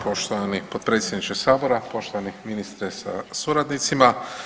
Poštovani potpredsjedniče sabora, poštovani ministre sa suradnicima.